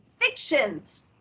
Fictions